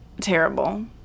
terrible